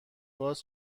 گاز